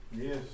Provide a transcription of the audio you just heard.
Yes